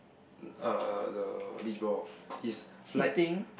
uh the beach ball is like